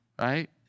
right